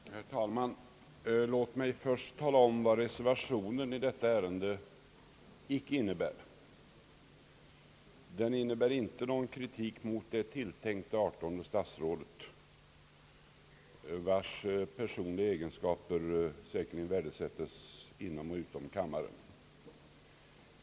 Herr talman! Låt mig först tala om vad reservationen i detta ärende icke innebär. Den innebär inte någon kritik mot det tilltänkta artonde statsrådet, vars personliga egenskaper säkerligen värdesätts inom och utom kammaren.